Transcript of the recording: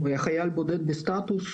הוא היה חייל בודד בסטטוס.